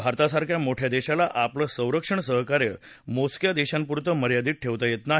भारतासारख्या मोठ्या देशाला आपलं संरक्षण सहकार्य मोजक्या देशांपुरतं मर्यादित ठेवता येत नाही